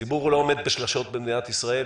הציבור לא עומד בשלשות במדינת ישראל,